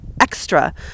extra